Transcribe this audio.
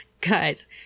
guys